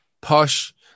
posh